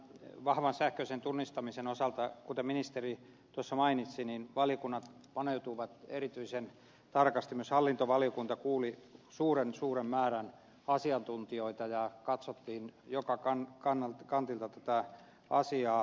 tähän vahvaan sähköiseen tunnistamiseen kuten ministeri tuossa mainitsi valiokunnat paneutuivat erityisen tarkasti myös hallintovaliokunta kuuli suuren suuren määrän asiantuntijoita ja katsottiin joka kantilta tätä asiaa